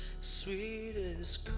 sweetest